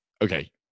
Okay